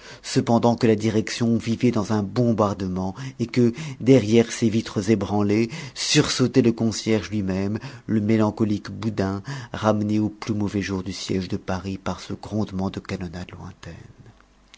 cependant que la direction vivait dans un bombardement et que derrière ses vitres ébranlées sursautait le concierge lui-même le mélancolique boudin ramené aux plus mauvais jours du siège de paris par ce grondement de canonnade lointaine